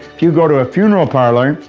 if you go to a funeral parlor,